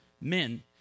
Men